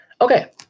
Okay